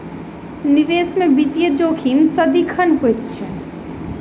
निवेश में वित्तीय जोखिम सदिखन होइत अछि